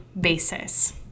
basis